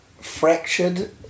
fractured